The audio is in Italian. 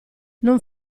non